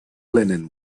linen